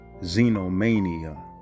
Xenomania